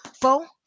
Four